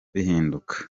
bihinduka